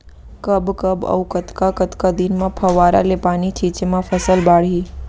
कब कब अऊ कतका कतका दिन म फव्वारा ले पानी छिंचे म फसल बाड़ही?